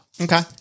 Okay